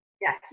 yes